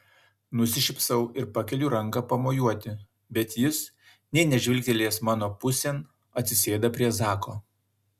nusišypsau ir pakeliu ranką pamojuoti bet jis nė nežvilgtelėjęs mano pusėn atsisėda prie zako